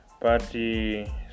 party